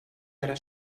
ara